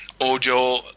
Ojo